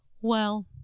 Well